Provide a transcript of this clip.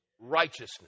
righteousness